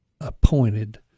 appointed